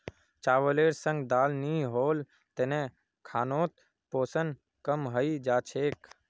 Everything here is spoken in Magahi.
चावलेर संग दाल नी होल तने खानोत पोषण कम हई जा छेक